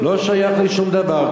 לא שייך לי שום דבר,